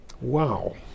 Wow